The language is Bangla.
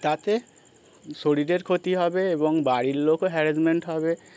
তাতে শরীরের ক্ষতি হবে এবং বাড়ির লোকও হ্যারাসমেন্ট হবে